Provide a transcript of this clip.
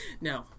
No